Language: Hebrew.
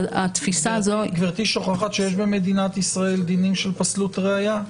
התפיסה הזו --- גברתי שוכחת שיש במדינת ישראל דינים של פסלות ראיה.